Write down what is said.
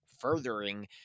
furthering